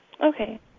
Okay